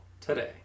today